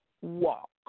walk